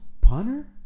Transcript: punter